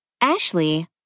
Ashley